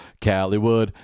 Calloway